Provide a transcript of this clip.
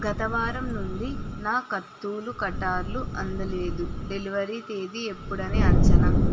గత వారం నుండి నాకు కత్తులూ కటార్లు అందలేదు డెలివరీ తేదీ ఎప్పుడని అంచనా